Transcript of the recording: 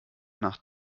nach